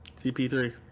CP3